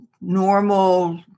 normal